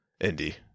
Indy